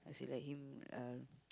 see like him uh